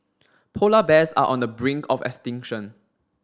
polar bears are on the brink of extinction